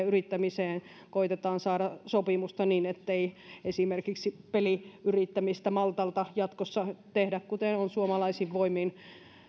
yrittämiseen koetetaan saada sopimusta niin ettei esimerkiksi peliyrittämistä maltalta jatkossa tehdä suomalaisin voimin kuten on